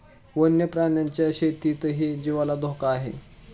वन्य प्राण्यांच्या शेतीतही जीवाला धोका आहे